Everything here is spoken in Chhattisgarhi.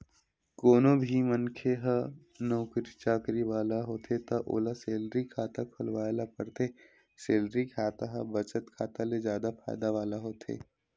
कोनो भी मनखे ह नउकरी चाकरी वाला होथे त ओला सेलरी खाता खोलवाए ल परथे, सेलरी खाता ह बचत खाता ले जादा फायदा वाला होथे